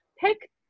Pick